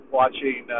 watching